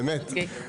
באמת.